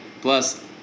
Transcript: Plus